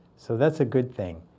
so that's a good thing.